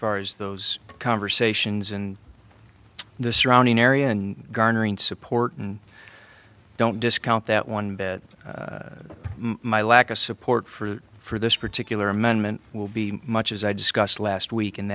far as those conversations in the surrounding area in garnering support and don't discount that one bit my lack of support for for this particular amendment will be much as i discussed last week and